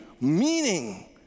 meaning